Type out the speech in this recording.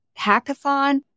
hackathon